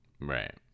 Right